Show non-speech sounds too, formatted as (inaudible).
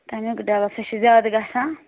(unintelligible) سُہ چھُ زیادٕ گژھان